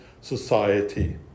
society